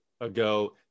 ago